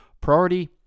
priority